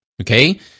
okay